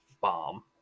bomb